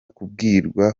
kubwirwa